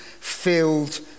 Filled